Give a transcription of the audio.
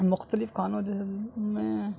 مختلف کھانوں جیسے میں